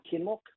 Kinlock